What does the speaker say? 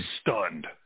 stunned